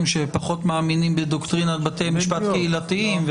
שפחות מאמינים בדוקטרינת בתי משפט קהילתיים,